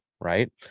right